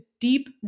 deep